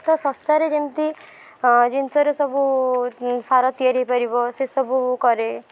ତ ଶସ୍ତାରେ ଯେମିତି ଜିନିଷରେ ସବୁ ସାର ତିଆରି ହେଇପାରିବ ସେସବୁ କରେ